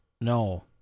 No